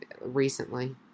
recently